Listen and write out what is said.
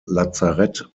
lazarett